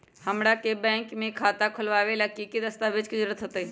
हमरा के बैंक में खाता खोलबाबे ला की की दस्तावेज के जरूरत होतई?